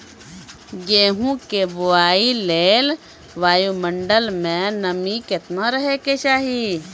गेहूँ के बुआई लेल वायु मंडल मे नमी केतना रहे के चाहि?